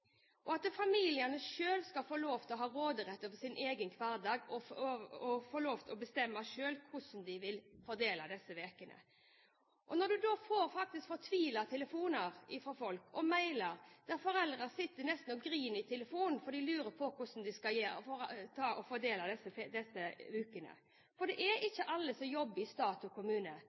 komme først. Familiene skal selv få lov til å ha råderett over sin egen hverdag og selv få lov til å bestemme hvordan de vil fordele disse ukene. Man får telefoner og mailer fra fortvilte foreldre som nesten sitter og gråter i telefonen fordi de lurer på hvordan de skal fordele disse ukene. For det er ikke alle som jobber i stat og kommune.